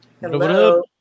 Hello